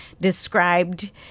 described